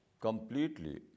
completely